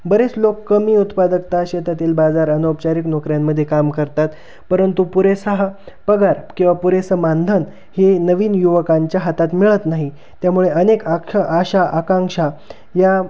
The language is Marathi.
बरेच लोक कमी उत्पादकता शेतातील बाजार अनौपचारिक नोकऱ्यांमध्ये काम करतात परंतु पुरेसा पगार किंवा पुरेसं मानधन हे नवीन युवकांच्या हातात मिळत नाही त्यामुळे अनेक आक्ष आशाआकांक्षा या